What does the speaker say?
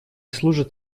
служат